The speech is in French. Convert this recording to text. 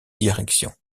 directions